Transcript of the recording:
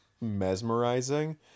mesmerizing